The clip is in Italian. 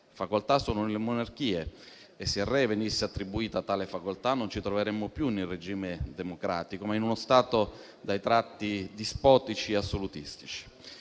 facoltà sono le monarchie e se al Re venisse attribuita tale facoltà, non ci troveremmo più in un regime democratico, ma in uno Stato dai tratti dispotici e assolutistici.